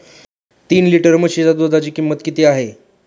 तीन लिटर म्हशीच्या दुधाची किंमत किती आहे?